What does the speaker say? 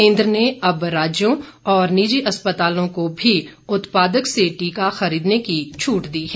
केन्द्र ने अब राज्यों और निजी अस्पतालों को भी उत्पादक से टीका खरीदने की छूट दी है